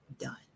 done